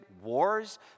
wars